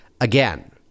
again